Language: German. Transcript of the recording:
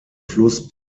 fluss